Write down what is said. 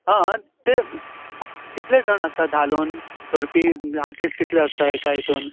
आं तें कितले जाण आसता धालोन करपी आर्टीस्ट कितलें आसता एका हितून